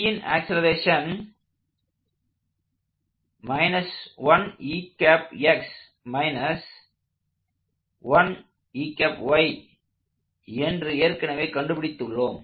Bன் ஆக்ஸலரேஷன் என்று ஏற்கனவே கண்டுபிடித்து உள்ளோம்